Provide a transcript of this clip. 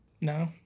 No